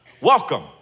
Welcome